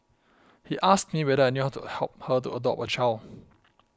he asked me whether I knew how to help her to adopt a child